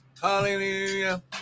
hallelujah